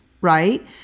right